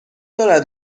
دارد